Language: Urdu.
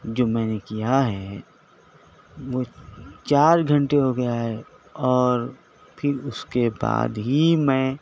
جو میں نے کیا ہے وہ چار گھنٹے ہو گیا ہے اور پھر اس کے بعد ہی میں